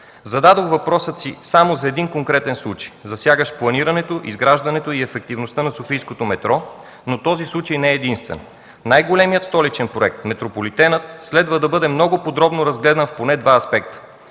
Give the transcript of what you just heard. Зададох въпроса само за един конкретен случай, засягащ планирането, изграждането и ефективността на софийското метро, но този случай не е единствен. Най-големият столичен проект – „Метрополитенът”, следва да бъде много подробно разгледан поне в два аспекта.